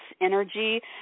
energy